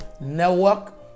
network